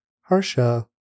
Harsha